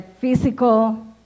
physical